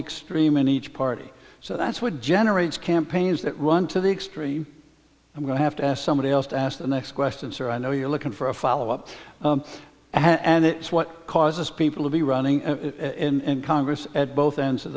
extreme in each party so that's what generates campaigns that run to the extreme i'm going to have to ask somebody else to ask the next question so i know you're looking for a follow up and it's what causes people to be running in congress at both ends of